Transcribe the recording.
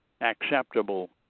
acceptable